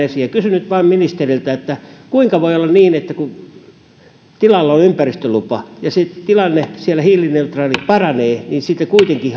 esiin kysyn nyt ministeriltä kuinka voi olla niin että kun tilalla on ympäristölupa ja hiilineutraaliustilanne siellä paranee niin sitten kuitenkin